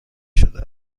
شده